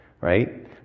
right